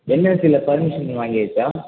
என்எல்சியில் permission வாங்கியாச்சா